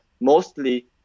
mostly